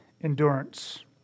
endurance